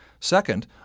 Second